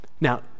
Now